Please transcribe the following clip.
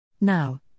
Now